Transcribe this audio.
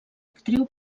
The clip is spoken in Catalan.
actriu